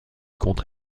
contre